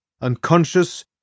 unconscious